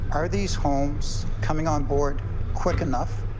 are these homes coming on board quick enough,